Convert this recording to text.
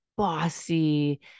bossy